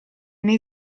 nei